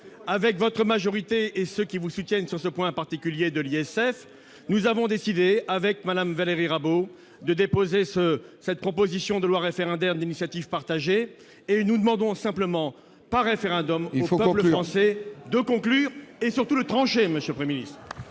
avec votre majorité et ceux qui vous soutiennent sur ce point particulier de l'ISF, nous avons décidé, avec Mme Valérie Rabault, de déposer une proposition de loi référendaire d'initiative partagée, et nous demandons simplement, par référendum, au peuple français ... Veuillez conclure, mon cher collègue !... de trancher.